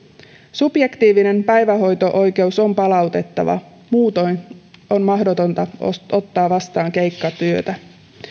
subjektiivinen päivähoito oikeus on palautettava muutoin on mahdotonta ottaa vastaan keikkatyötä